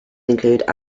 include